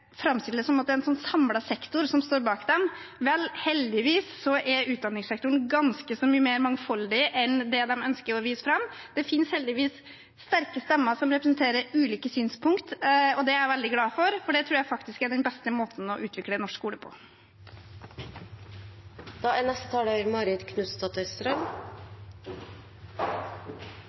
det er en samlet sektor som står bak dem. Vel, heldigvis er utdanningssektoren mye mer mangfoldig enn det opposisjonen ønsker å vise fram. Det finnes heldigvis sterke stemmer som representerer ulike synspunkt. Det er Presidenten: jeg veldig glad for, for det tror jeg faktisk er den beste måten å utvikle norsk skole på. Representanten Marit Knutsdatter Strand